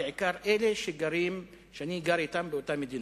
בעיקר אלה שאני גר אתם באותה מדינה.